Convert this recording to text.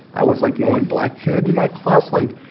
i was, like, the only black kid in my class. like,